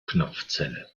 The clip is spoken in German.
knopfzelle